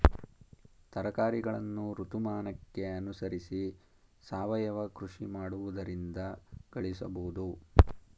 ತರಕಾರಿಗಳನ್ನು ಋತುಮಾನಕ್ಕೆ ಅನುಸರಿಸಿ ಸಾವಯವ ಕೃಷಿ ಮಾಡುವುದರಿಂದ ಗಳಿಸಬೋದು